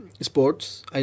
sports